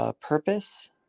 purpose